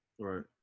Right